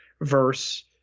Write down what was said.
verse